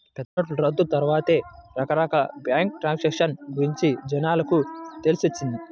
పెద్దనోట్ల రద్దు తర్వాతే రకరకాల బ్యేంకు ట్రాన్సాక్షన్ గురించి జనాలకు తెలిసొచ్చింది